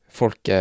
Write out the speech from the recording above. folk